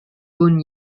bun